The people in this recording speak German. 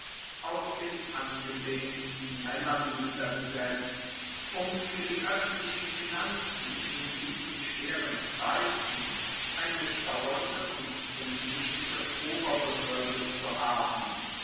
aus den angesehensten maennern niedergesetzt um fuer die oeffentlichen finanzen in diesen schweren zeiten eine dauernde und umsichtige oberbehoerde zu haben